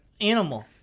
animal